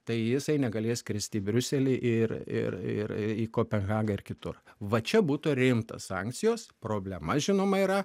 tai jisai negalės skristi į briuselį ir ir ir į kopenhagą ir kitur va čia būtų rimtos sankcijos problema žinoma yra